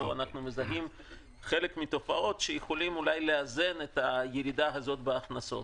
אנחנו מזהים חלק מהתופעות שיכולות לאזן את הירידה בהכנסות.